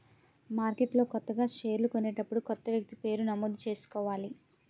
మార్కెట్లో కొత్తగా షేర్లు కొనేటప్పుడు కొత్త వ్యక్తి పేరు నమోదు చేసుకోవాలి